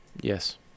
Yes